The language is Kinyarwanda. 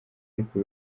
ariko